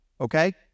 okay